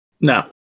No